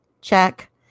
check